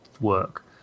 work